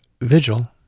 vigil